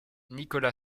nicola